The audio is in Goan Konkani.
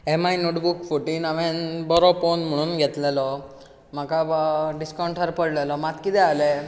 एमआय नोटबूक फोटीन हांवेन बरो पोवन म्हुणून घेतलेलो म्हाका बा डिसकावण्टार पडलेलो मात कितें आलें